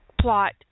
plot